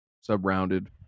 sub-rounded